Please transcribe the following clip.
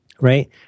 Right